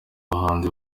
bahanzi